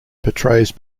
portrays